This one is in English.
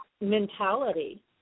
mentality